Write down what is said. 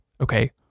okay